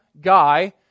guy